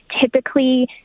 typically